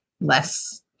less